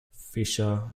fisher